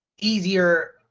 easier